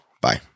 Bye